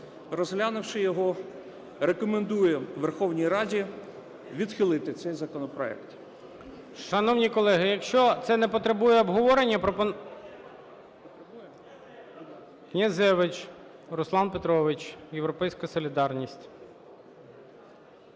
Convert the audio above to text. розглянувши його, рекомендуємо Верховній Раді відхилити цей законопроект.